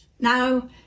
now